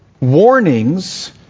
warnings